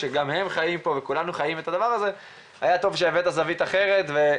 היה טוב שהבאת זווית אחרת.